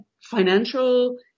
financial